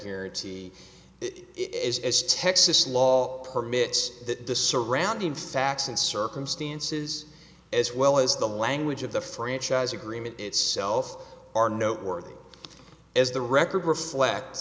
guarantee it is as texas law permits that the surrounding facts and circumstances as well as the language of the franchise agreement itself are noteworthy as the record reflect